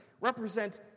represent